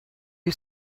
you